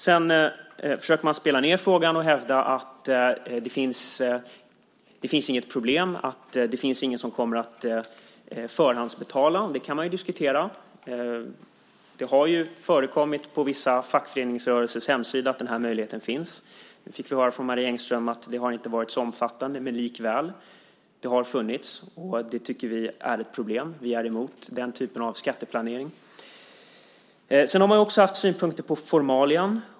Man försöker spela ned frågan och hävda att det inte finns något problem och att ingen kommer att förhandsbetala. Det kan man ju diskutera. Det har förekommit på vissa fackföreningsrörelsers hemsidor att möjligheten finns. Nu fick vi höra från Marie Engström att det inte har varit så omfattande, men likväl har det förekommit. Vi tycker att det är ett problem. Vi är emot den typen av skatteplanering. Det har också framkommit synpunkter på formalian.